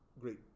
great